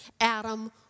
Adam